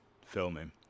Filming